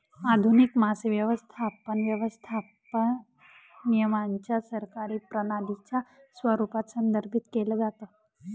आधुनिक मासे व्यवस्थापन, व्यवस्थापन नियमांच्या सरकारी प्रणालीच्या स्वरूपात संदर्भित केलं जातं